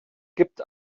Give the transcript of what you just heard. gibt